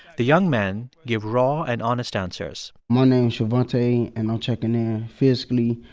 the young men give raw and honest answers my name's shavante and i'm checking in. physically,